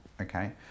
Okay